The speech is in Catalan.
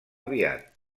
aviat